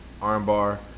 armbar